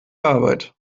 arbeit